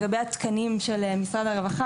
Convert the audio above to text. לגבי התקנים של משרד הרווחה.